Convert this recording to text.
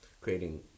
creating